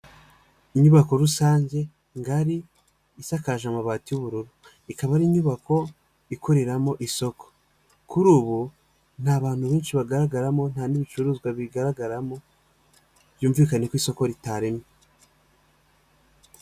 Inyubako rusange ngari isakaje amabati y'ubururu ikaba ari inyubako ikoreramo isoko, kuri ubu nta bantu benshi bagaragaramo nta n'ibicuruzwa bigaragaramo byumvikanae ko isoko ritaremye.